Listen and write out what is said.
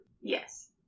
Yes